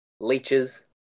leeches